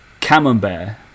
camembert